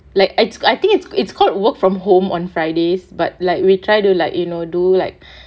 like I I I think is is called work from home on fridays but like we try to like you know do like